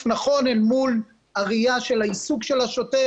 נכון אל מול הראייה של העיסוק של השוטר,